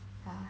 ya